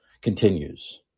continues